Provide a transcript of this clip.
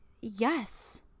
yes